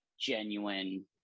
genuine